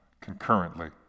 concurrently